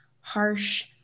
harsh